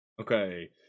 Okay